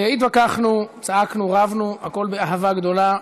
התווכחנו, צעקנו, רבנו, הכול באהבה גדולה,